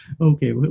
Okay